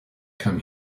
come